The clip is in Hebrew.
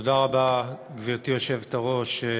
גברתי היושבת-ראש,